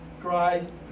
Christ